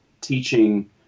teaching